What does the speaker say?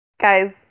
Guys